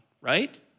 right